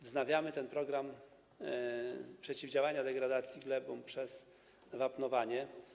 Wznawiamy program przeciwdziałania degradacji gleb przez wapnowanie.